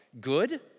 good